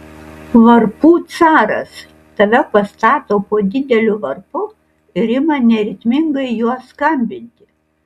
varpų caras tave pastato po dideliu varpu ir ima neritmingai juo skambinti